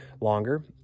longer